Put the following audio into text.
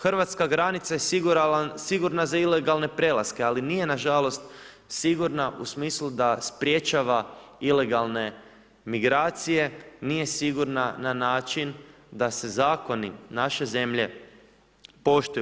Hrvatska granica je sigurna za ilegalne prelaske, ali nije nažalost sigurna u smislu da sprječava ilegalne migracije, nije sigurna na način da se zakoni naše zemlje poštuju.